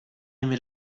meet